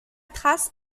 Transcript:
trace